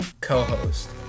co-host